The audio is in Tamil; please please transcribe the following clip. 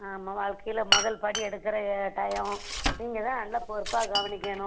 ஆமாம் வாழ்க்கையில் முதல் படி எடுக்கிற டையோம் நீங்கள் தான் நல்லா பொறுப்பாக கவனிக்கணும்